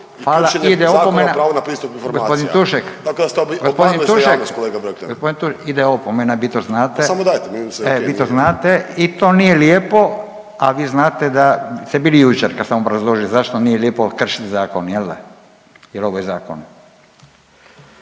sve o.k./… Vi to znate i to nije lijepo, a vi znate da ste bili jučer kad sam obrazložio zašto nije lijepo kršiti zakon. Jel' da? Jer ovo je zakon.